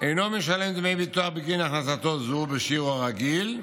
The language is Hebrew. אינו משלם דמי ביטוח בגין הכנסתו זו בשיעור הרגיל,